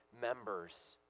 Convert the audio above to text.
members